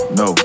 no